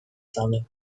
samych